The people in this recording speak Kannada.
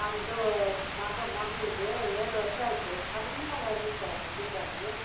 ನಮ್ಮದು ಮಗ ಮಗುವಿಗೆ ಏಳು ವರ್ಷ ಆಯಿತು ಸಣ್ಣಗಾಗಿ ಇದ್ದಾನೆ ಗಿಡ್ಡಾಗಿ